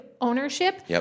ownership